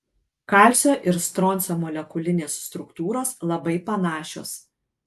kalcio ir stroncio molekulinės struktūros labai panašios